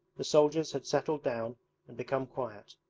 the soldiers had settled down and become quiet.